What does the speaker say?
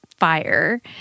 fire